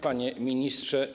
Panie Ministrze!